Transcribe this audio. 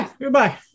Goodbye